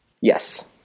Yes